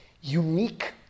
unique